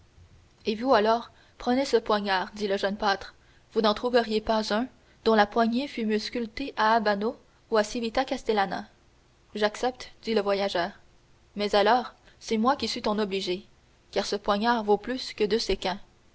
et vous alors prenez ce poignard dit le jeune pâtre vous n'en trouveriez pas un dont la poignée fût mieux sculptée d'albano à civita castellana j'accepte dit le voyageur mais alors c'est moi qui suis ton obligé car ce poignard vaut plus de deux